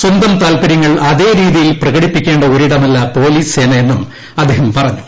സ്വന്തം താല്പര്യങ്ങൾ അതേരീതിയിൽ പ്രകടിപ്പിക്കേണ്ട ഒരിടമല്ല പോലീസ് സേന എന്നും അദ്ദേഹം പറഞ്ഞു